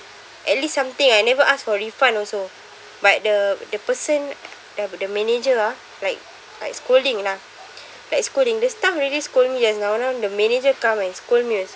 at least something I never ask for refund also but the the person th~ the manager ah like like scolding lah like scolding the staff already scold me just now now the manager come and scold me also